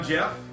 Jeff